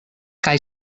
kaj